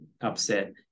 upset